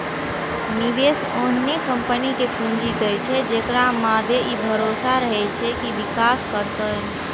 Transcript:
निवेशक ओहने कंपनी कें पूंजी दै छै, जेकरा मादे ई भरोसा रहै छै जे विकास करतै